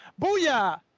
booyah